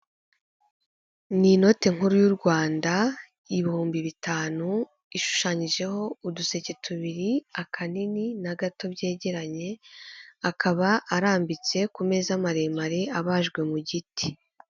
Ni inote nkuru y'u Rwanda ibihumbi bitanu, ishushanyijeho uduseke tubiri, akanini na gato byegeranye, akaba arambitse ku meza maremare, abajwe mu giti.